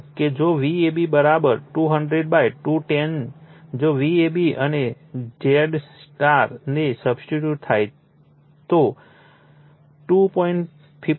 તેથી જો Vab 200 210 જો Vab અને Zy ને સબસ્ટિટ્યૂટ થાય તો 2